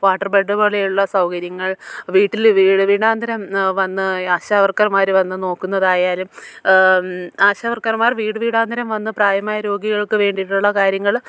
water bed പോലെയുള്ള സൗകര്യങ്ങൾ വീട്ടിൽ വീട് വീടാന്തരം വന്ന് ആശാവർക്കർമാർ വന്ന് നോക്കുന്നതായാലും ആശാവർക്കർമാർ വീട് വീടാന്തരം വന്ന് പ്രായമായ രോഗികൾക്ക് വേണ്ടിയിട്ടുള്ള കാര്യങ്ങൾ